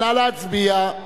נא להצביע.